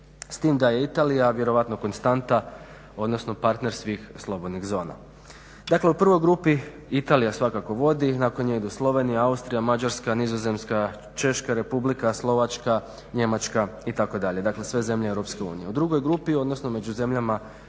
S tim da je Italija vjerojatno konstanta odnosno parter svih slobodnih zona. Dakle u prvoj grupi Italija svakako vodi, nakon nje idu Slovenija, Austrija, Mađarska, Nizozemska, Češka Republika, Slovačka, Njemačka itd., itd, sve zemlje EU. U drugoj grupi odnosno među zemljama